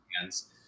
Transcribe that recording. hands